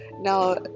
Now